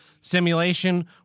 simulation